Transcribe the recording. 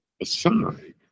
aside